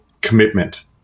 commitment